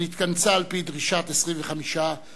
שנתכנסה על-פי דרישת 25 חברים.